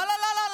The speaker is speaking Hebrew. לא לא לא,